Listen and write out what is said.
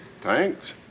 Thanks